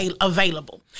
available